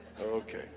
Okay